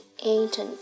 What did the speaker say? agent